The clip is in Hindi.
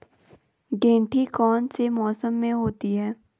गेंठी कौन से मौसम में होती है?